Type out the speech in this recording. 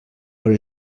però